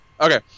Okay